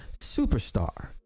Superstar